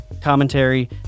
commentary